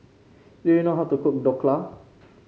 do you know how to cook Dhokla